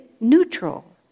neutral